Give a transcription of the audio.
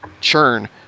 churn